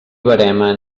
verema